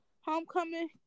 homecoming